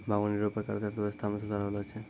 बागवानी रो प्रकार से अर्थव्यबस्था मे सुधार होलो छै